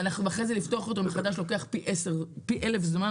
ואחרי זה לפתוח אותו מחדש לוקח פי אלף זמן.